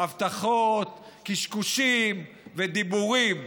הבטחות, קשקושים ודיבורים.